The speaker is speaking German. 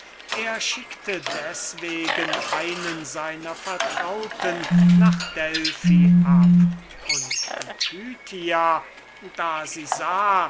er schickte deswegen einen seiner vertrauten nach delphi ab und die pythia da sie sah